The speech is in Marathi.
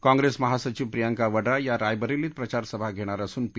काँग्रेस महासचिव प्रियंका वड्रा या रायबरेलीत प्रचार सभा घेणार असून पी